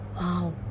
Wow